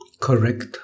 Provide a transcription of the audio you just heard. correct